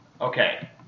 Okay